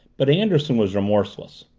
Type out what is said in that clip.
but anderson was remorseless.